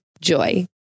Joy